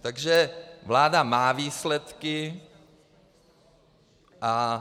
Takže vláda má výsledky a